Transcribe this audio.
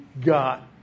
got